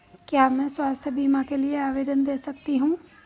क्या मैं स्वास्थ्य बीमा के लिए आवेदन दे सकती हूँ?